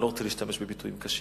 אני לא רוצה להשתמש בביטויים קשים.